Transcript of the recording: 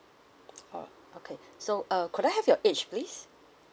oh okay so uh could I have your age please